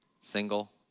single